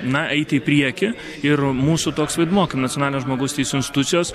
na eiti į priekį ir mūsų toks vaidmuo kaip nacionalinio žmogaus teisių institucijos